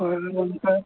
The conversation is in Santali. ᱦᱳᱭ ᱚᱱᱠᱟ